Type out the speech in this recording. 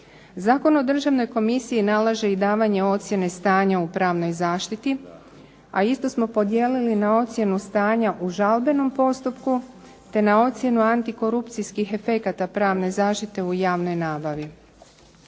Zakon o Državnoj komisiji nalaže i davanje ocjene stanja u pravnoj zaštiti, a isto smo podijelili na ocjenu stanja u žalbenom postupku te na ocjenu antikorupcijskih efekata pravne zaštite u javnoj nabavi.